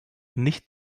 nicht